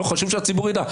חשוב שהציבור יידע.